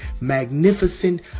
Magnificent